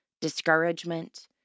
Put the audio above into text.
discouragement